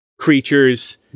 creatures